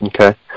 Okay